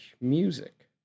music